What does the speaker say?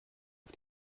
auf